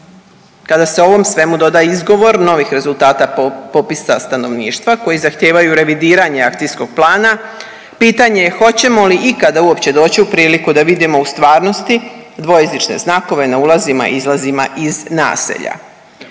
kada se ovom svemu doda izgovor novih rezultata popisa stanovništva koji zahtijevaju revidiranje akcijskog plana pitanje je hoćemo li ikada uopće doći u priliku da vidimo u stvarnosti dvojezične znakove na ulazima i izlazima iz naselja.